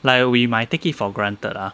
like we might take it for granted ah